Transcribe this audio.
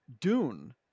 Dune